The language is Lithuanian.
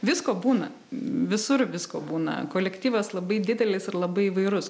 visko būna visur visko būna kolektyvas labai didelis ir labai įvairus